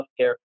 healthcare